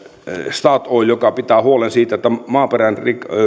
statoil joka pitää huolen siitä että maaperän